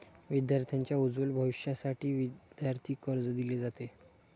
विद्यार्थांच्या उज्ज्वल भविष्यासाठी विद्यार्थी कर्ज दिले जाते